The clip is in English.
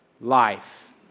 life